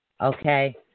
Okay